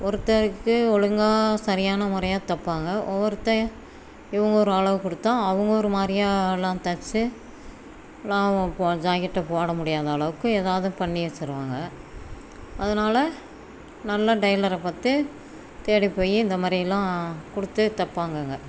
ஒருத்தருக்கு ஒழுங்கா சரியான முறையாக தைப்பாங்க ஒவ்வொருத்தன் இவங்க ஒரு அளவு கொடுத்தா அவங்க ஒரு மாதிரியா எல்லாம் தைச்சி எல்லாம் ஓ போ ஜாக்கெட்டை போட முடியாத அளவுக்கு ஏதாவது பண்ணி வெச்சுருவாங்க அதனால நல்ல டைலரை பார்த்து தேடிப் போய் இந்த மாதிரியெல்லாம் கொடுத்துத் தைப்பாங்கங்க